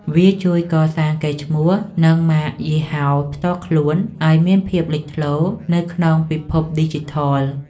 វាជួយកសាងកេរ្តិ៍ឈ្មោះ និងម៉ាកយីហោផ្ទាល់ខ្លួន ឱ្យមានភាពលេចធ្លោនៅក្នុងពិភពឌីជីថល។